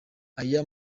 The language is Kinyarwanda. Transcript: aya